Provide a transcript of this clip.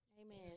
Amen